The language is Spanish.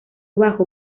bajo